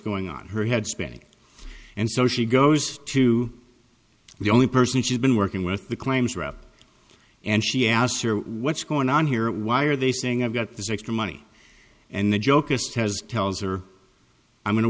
going on her head spinning and so she goes to the only person she's been working with the claims rep and she asked her what's going on here why are they saying i've got this extra money and the joke asst has tells or i'm going to